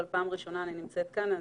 זו הפעם הראשונה שאני נמצאת כאן.